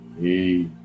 Hey